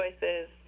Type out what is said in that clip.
choices